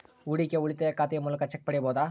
ಹೂಡಿಕೆಯ ಉಳಿತಾಯ ಖಾತೆಯ ಮೂಲಕ ಚೆಕ್ ಪಡೆಯಬಹುದಾ?